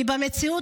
כי במציאות,